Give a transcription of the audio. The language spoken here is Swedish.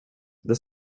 det